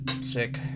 sick